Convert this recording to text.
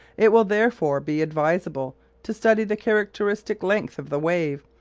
it will therefore be advisable to study the characteristic length of the wave,